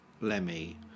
Lemmy